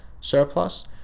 surplus